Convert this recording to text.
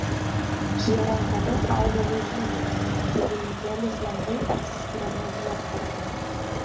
jie renkami augalui žydint kai vainikėlis lengvai atsiskiria nuo žiedkočio